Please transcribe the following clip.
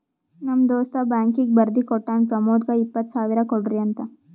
ನಮ್ ದೋಸ್ತ ಬ್ಯಾಂಕೀಗಿ ಬರ್ದಿ ಕೋಟ್ಟಾನ್ ಪ್ರಮೋದ್ಗ ಇಪ್ಪತ್ ಸಾವಿರ ಕೊಡ್ರಿ ಅಂತ್